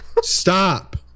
Stop